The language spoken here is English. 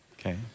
Okay